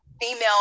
female